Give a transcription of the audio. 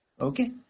Okay